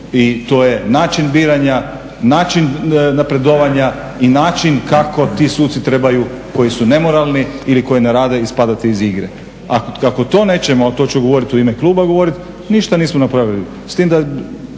i to je način biranja, način napredovanja i način kako ti suci trebaju koji su nemoralni ili koji ne rade ispadati iz igre. A ako to nećemo a to ću govoriti i u ime kluba govorit, ništa nismo napravili.